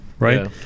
Right